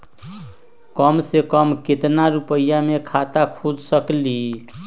कम से कम केतना रुपया में खाता खुल सकेली?